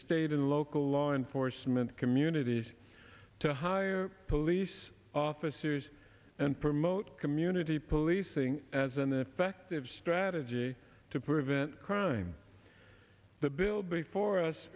and local law enforcement communities to hire police officers and promote community policing as an effective strategy to prevent crime the bill before us